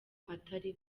atari